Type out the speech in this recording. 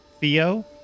Theo